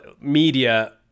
media